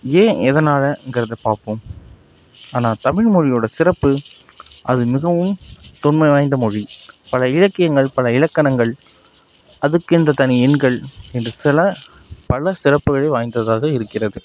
ஏன் எதனாலங்கிறத பார்ப்போம் ஆனால் தமிழ் மொழியோடய சிறப்பு அது மிகவும் தொன்மை வாய்ந்த மொழி பல இலக்கியங்கள் பல இலக்கணங்கள் அதற்கென்று தனி எண்கள் என்று சில பல சிறப்புகளை வாய்ந்ததாக இருக்கிறது